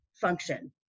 function